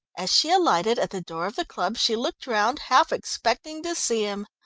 as she alighted at the door of the club she looked round, half expecting to see him.